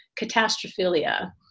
catastrophilia